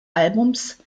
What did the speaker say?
albums